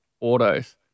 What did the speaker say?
autos